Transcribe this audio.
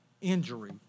injury